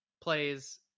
plays